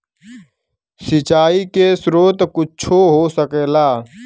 सिंचाइ के स्रोत कुच्छो हो सकेला